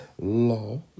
Law